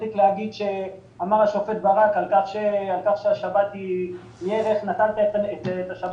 מספיק להגיד שהשופט ברק אמר שהשבת היא ערך נטלת את השבת,